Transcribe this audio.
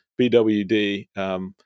BWD